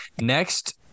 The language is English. Next